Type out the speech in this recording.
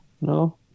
No